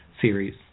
series